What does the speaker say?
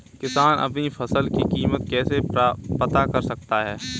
किसान अपनी फसल की कीमत कैसे पता कर सकते हैं?